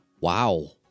Wow